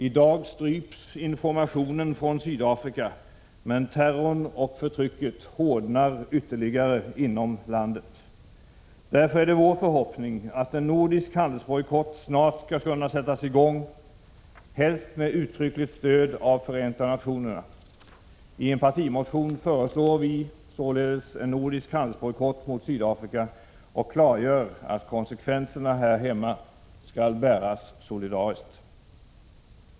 I dag stryps informationen från Sydafrika, men terrorn och förtrycket hårdnar ytterligare inom landet. Därför är det vår förhoppning, att en nordisk handelsbojkott snart skall sättas i gång, helst med uttryckligt stöd av Förenta nationerna. I en partimotion föreslår vi således en nordisk handelsbojkott mot Sydafrika och klargör att konsekvenserna här hemma skall bäras solidariskt.